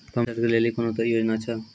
Pump set केलेली कोनो योजना छ?